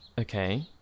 Okay